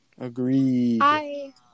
agreed